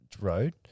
road